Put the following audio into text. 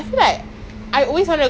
ya ya ya the slippers